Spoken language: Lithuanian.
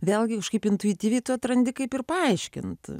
vėlgi kažkaip intuityviai tu atrandi kaip ir paaiškinti